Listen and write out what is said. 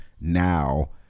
now